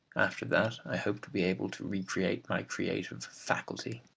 after that, i hope to be able to recreate my creative faculty.